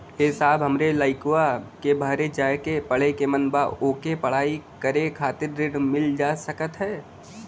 ए साहब हमरे लईकवा के बहरे जाके पढ़े क मन बा ओके पढ़ाई करे खातिर ऋण मिल जा सकत ह?